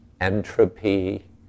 entropy